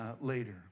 later